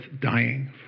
dying